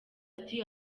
ati